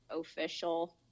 official